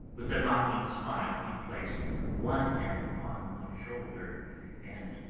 with a mocking smile, he placed one hand upon my shoulder and,